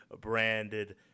Branded